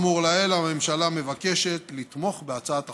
נוכח האמור לעיל, הממשלה מבקשת לתמוך בהצעת החוק.